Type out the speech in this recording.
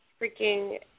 Freaking